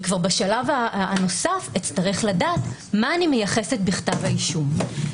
כבר בשלב הנוסף אצטרך לדעת מה אני מייחסת בכתב האישום.